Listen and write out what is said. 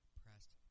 pressed